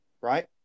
right